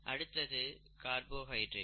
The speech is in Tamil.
அடுத்தது கார்போஹைட்ரேட்